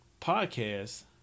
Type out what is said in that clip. podcast